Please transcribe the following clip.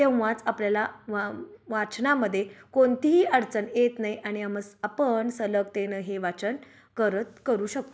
तेव्हाच आपल्याला वा वाचनामध्ये कोणतीही अडचण येत नाही आणि आमस आपण सलगतेनं हे वाचन करत करू शकतो